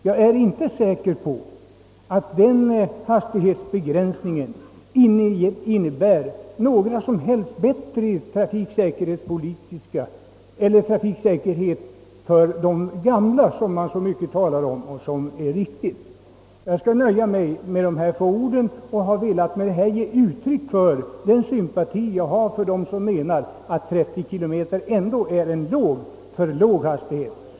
Jag är inte heller övertygad om att en sådan hastighetsbegränsning skulle innebära någon ökad trafiksäkerhet för t.ex. de gamla, vilka man med all rätt talar så mycket om i detta sammanhang. Jag skall nöja mig med detta korta anförande. Min avsikt har närmast varit att ge uttryck för den sympati jag hyser för dem som menar att 30 kilometer ändå är för låg hastighet.